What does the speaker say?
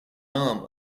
arm